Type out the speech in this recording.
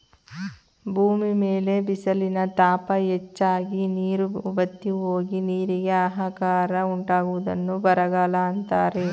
ಭೂಮಿ ಮೇಲೆ ಬಿಸಿಲಿನ ತಾಪ ಹೆಚ್ಚಾಗಿ, ನೀರು ಬತ್ತಿಹೋಗಿ, ನೀರಿಗೆ ಆಹಾಕಾರ ಉಂಟಾಗುವುದನ್ನು ಬರಗಾಲ ಅಂತರೆ